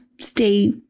stay